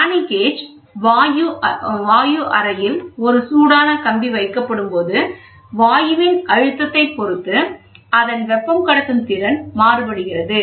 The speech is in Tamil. பிரானி கேஜ் வாயு அறையில் ஒரு சூடான கம்பி வைக்கப்படும் போது வாயுவின் அழுத்தத்தை பொருத்து அதன் வெப்ப கடத்துத்திறன் மாறுபடுகிறது